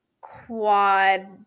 quad